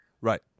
Right